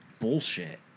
bullshit